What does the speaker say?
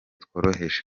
tworoheje